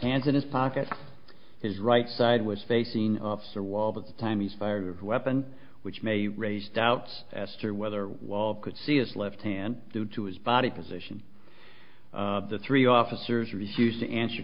hands in his pocket his right side was facing officer wald at the time he's fired a weapon which may raise doubts as to whether walt could see his left hand due to his body position the three officers refused to answer